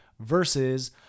Versus